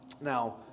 now